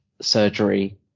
surgery